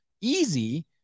easy